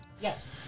yes